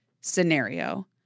scenario